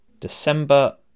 December